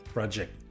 Project